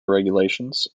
regulations